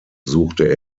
suchte